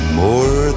more